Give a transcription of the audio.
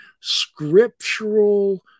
scriptural